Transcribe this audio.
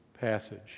passage